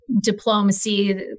diplomacy